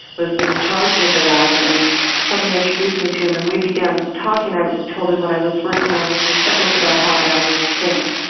was in charge of the lab, and someone introduced me to him and we began talking. i told him what i was working on, which is a book about how animals think,